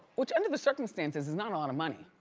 which under the circumstances is not a lot of money.